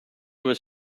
was